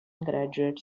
graduate